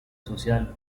social